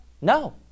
No